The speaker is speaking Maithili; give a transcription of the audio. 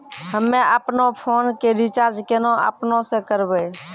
हम्मे आपनौ फोन के रीचार्ज केना आपनौ से करवै?